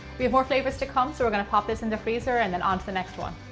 we have more flavors to come so we're going to pop this in the freezer and then on to the next one.